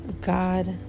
God